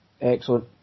excellent